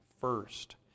first